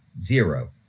zero